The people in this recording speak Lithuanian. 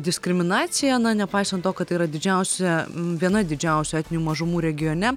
diskriminacija nepaisant to kad tai yra didžiausia viena didžiausių etninių mažumų regione